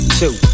two